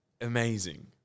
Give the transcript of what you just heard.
amazing